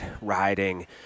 riding